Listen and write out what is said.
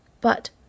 But